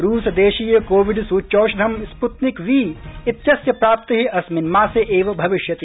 रूस देशीय कोविड सूच्यौषधं स्पुत्निक वी इत्यस्य प्राप्ति अस्मिन् मासे एव भविष्यति